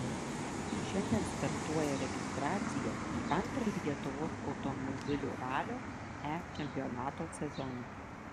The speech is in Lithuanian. šiandien startuoja registracija į antrąjį lietuvos automobilių ralio e čempionato sezoną